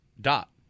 dot